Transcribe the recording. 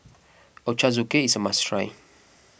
Ochazuke is a must try